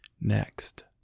next